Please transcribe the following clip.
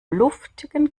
luftigen